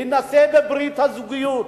להינשא בברית הזוגיות,